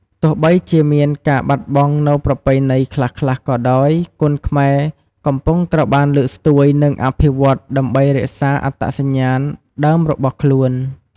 ទោះបីជាមានការបាត់បង់នូវប្រពៃណីខ្លះៗក៏ដោយ គុនខ្មែរកំពុងត្រូវបានលើកស្ទួយ និងអភិវឌ្ឍន៍ដើម្បីរក្សាអត្តសញ្ញាណដើមរបស់ខ្លួន។